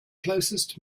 closest